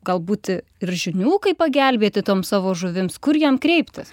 galbūt ir žinių kaip pagelbėti tom savo žuvims kur jam kreiptis